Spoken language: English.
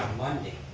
monday